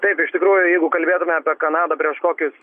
taip iš tikrųjų jeigu kalbėtume apie kanadą prieš kokius